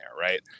right